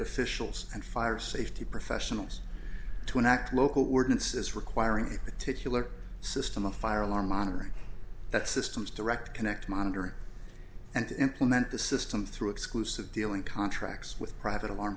officials and fire safety professionals to enact local ordinances requiring a particular system a fire alarm monitoring that system's direct connect monitoring and implement the system through exclusive dealing contracts with private alarm